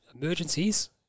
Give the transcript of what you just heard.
emergencies